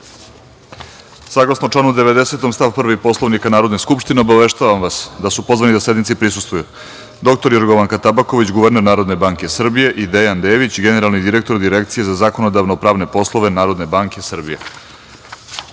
reda. Saglasno članu 19. stav 1. Poslovnika Narodne skupštine, obaveštavam vas da su pozvani sednici da prisustvuju: dr Jorgovanka Tabaković, guverner Narodne banke Srbije i Dejan Dević, generalni direktor Direkcije za zakonodavno-pravne poslove Narodne banke Srbije,